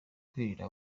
ukwirinda